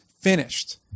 finished